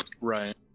right